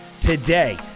today